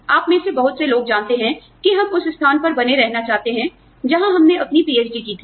आप में से बहुत से लोग जानते हैं कि हम उस स्थान पर बने रहना चाहते हैं जहाँ हमने अपनी पीएचडी की थी